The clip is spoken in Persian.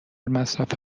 مصرف